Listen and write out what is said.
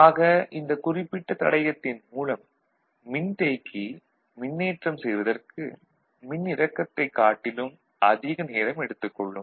ஆக இந்தக் குறிப்பிட்ட தடையத்தின் மூலம் மின்தேக்கி மின்னேற்றம் செய்வதற்கு மின்னிறக்கத்தைக் காட்டிலும் அதிக நேரம் எடுத்துக் கொள்ளும்